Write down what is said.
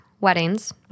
weddings